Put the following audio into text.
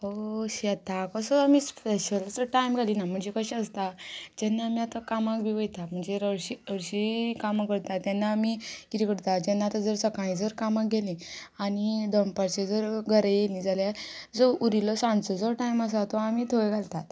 so शेताक असो आमी स्पॅशल असो टायम घालिना म्हणजे कशें आसता जेन्ना आमी आतां कामाक बी वयता म्हणजेर हरशीं हरशीं कामां करता तेन्ना आमी कितें करतात जेन्ना आतां जर सकाळीं जर कामाक गेलीं आनी दोनपारचे जर घरा येयलीं जाल्या जो उरिल्लो सांजचो जो टायम आसा तो आमी थंय घालतात